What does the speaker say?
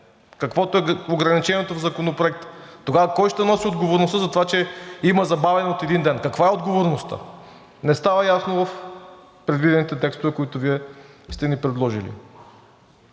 каквото е ограничението в Законопроекта? Тогава кой ще носи отговорността за това, че има забавяне от един ден? Каква е отговорността? Не става ясно в предвидените текстове, които Вие сте ни предложили.